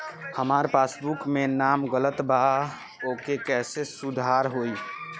हमार पासबुक मे नाम गलत बा ओके कैसे सुधार होई?